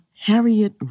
Harriet